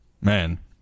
man